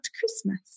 Christmas